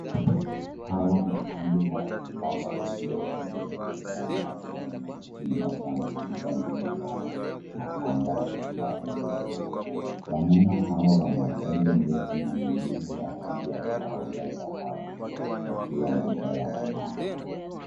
Hawa ni kundi la Impala wakiwa kwenye mbuga ya nyasi yenye mti mmoja mkubwa nyuma yao na anga la buluu. Wanyama hawa wana pembe ndefu na miili ya rangi ya kahawia dhahabu wakiwa mbuga ya wanyama.